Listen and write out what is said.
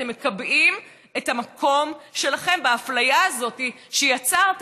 אתם מקבעים את המקום שלכם באפליה הזאת שיצרתם,